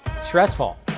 stressful